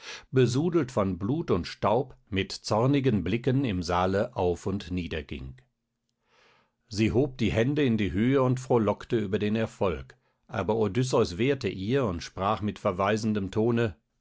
besudelt von blut und staub mit zornigen blicken im saale auf und nieder ging sie hob die hände in die höhe und frohlockte über den erfolg aber odysseus wehrte ihr und sprach mit verweisendem tone